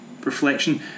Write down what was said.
reflection